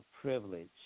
privilege